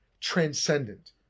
transcendent